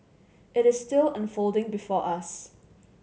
it is still unfolding before us